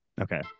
Okay